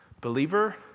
Believer